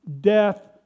death